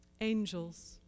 Angels